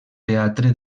teatre